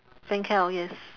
fancl yes